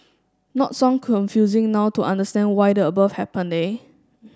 not so confusing now to understand why the above happened eh